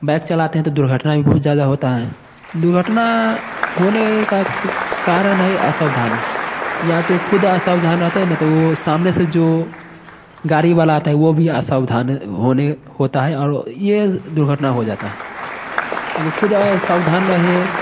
bike चलाते हैं तो दुर्घटना भी बहुत ज्यादा होता है दुर्घटना होने का कारण है असावधानी या तो खुद असावधान रहते हैं या तो सामने से जो गाड़ी वाला आता है वो भी असावधान होता है और ये दुर्घटना हो जाता है खुद सावधान रहे